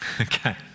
Okay